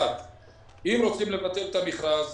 אם רוצים לבטל את המכרז